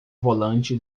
volante